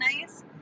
nice